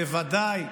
בואי נדייק.